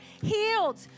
healed